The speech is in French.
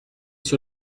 sur